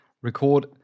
record